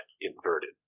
inverted